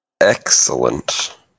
Excellent